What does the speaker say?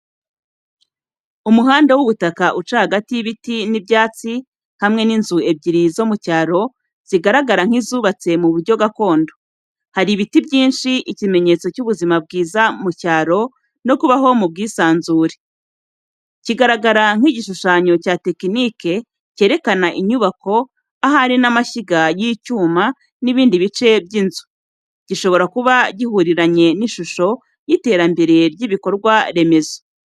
Umuhanda w'ubutaka uca hagati y'ibiti n'ibyatsi, hamwe n'inzu ebyiri zo mu cyaro, zigaragara nk'izubatse mu buryo gakondo. Hari ibiti byinshi, ikimenyetso cy'ubuzima bwiza mu cyaro no kubaho mu bwisanzure. Kigaragara nk’igishushanyo cya tekinike cyerekana inyubako, ahari n’amashyiga y’icyuma n'ibindi bice by’inzu. Gishobora kuba gihuriranye n'ishusho y’iterambere ry’ibikorwa remezo.